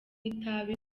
itabi